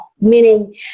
meaning